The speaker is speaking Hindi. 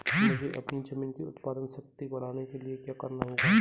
मुझे अपनी ज़मीन की उत्पादन शक्ति बढ़ाने के लिए क्या करना होगा?